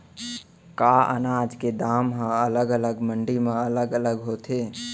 का अनाज के दाम हा अलग अलग मंडी म अलग अलग होथे?